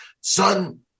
son